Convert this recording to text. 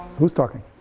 who's talking,